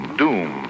doom